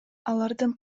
алардын